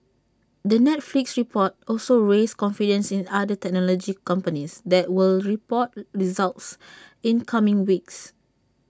the Netflix report also raised confidence in other technology companies that will report results in coming weeks